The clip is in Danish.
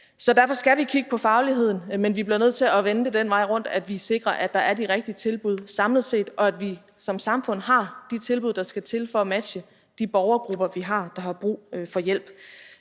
Derfor skal vi kigge på fagligheden. Men vi bliver nødt til at vende det den vej rundt, at vi sikrer, at der er de rigtige tilbud samlet set, og at vi som samfund har de tilbud, der skal til, for at matche de borgergrupper, vi har, der har brug for hjælp.